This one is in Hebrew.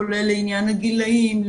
כולל לעניין הגילאים,